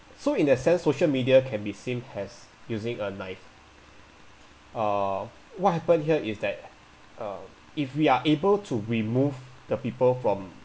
so in that sense social media can be seen as using a knife uh what happened here is that uh if we are able to remove the people from